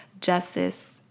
justice